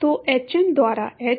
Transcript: तो एचएम द्वारा एच